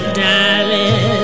darling